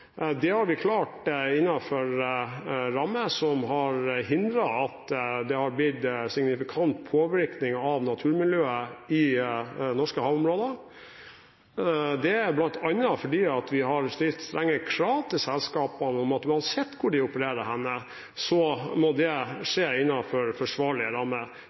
Det har vi klart innenfor rammer som har hindret at det har blitt signifikant påvirkning av naturmiljøet i norske havområder. Det er bl.a. fordi vi har stilt strenge krav til selskapene om at uansett hvor de opererer, må det skje innenfor forsvarlige rammer.